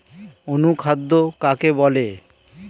অনুখাদ্য কাকে বলে?